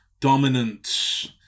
Dominance